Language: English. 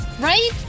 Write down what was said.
Right